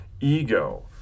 ego